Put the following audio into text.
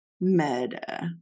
med